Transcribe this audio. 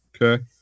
okay